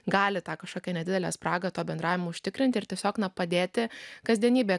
gali tą kažkokią nedidelę spragą to bendravimo užtikrinti ir tiesiog na padėti kasdienybėje